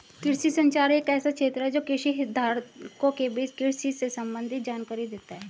कृषि संचार एक ऐसा क्षेत्र है जो कृषि हितधारकों के बीच कृषि से संबंधित जानकारी देता है